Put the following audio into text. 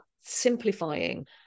simplifying